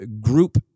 group